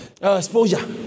Exposure